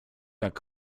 jak